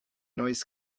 noise